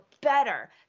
better